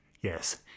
Yes